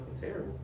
terrible